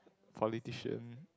politician